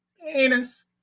Penis